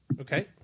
Okay